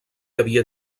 havia